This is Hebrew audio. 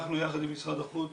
אנחנו יחד עם משרד החוץ